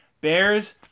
Bears